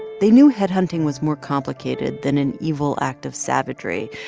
they knew headhunting was more complicated than an evil act of savagery,